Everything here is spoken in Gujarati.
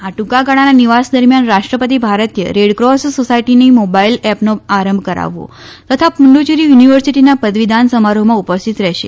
આ ટ્રંકાગાળાના નિવાસ દરમિયાન રાષ્ટ્રપતિ ભારતીય રેડક્રોસ સોસાયટીની મોબાઇલ એપનો આરંભ કરાવવો તથા પુદુચેરી યુનિવર્સિટીના પદવીદાન સમારોહમાં ઉપસ્થિત રહેશે